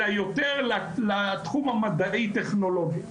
אלא יותר לתחום המדעי טכנולוגי.